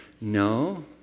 No